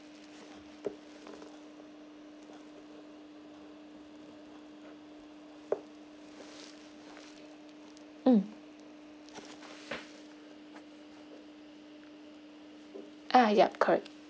mm uh yup correct